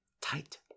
Tight